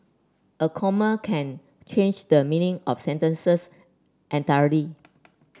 a comma can change the meaning of sentences entirely